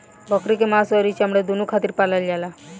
बकरी के मांस अउरी चमड़ा दूनो खातिर पालल जाला